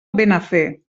benafer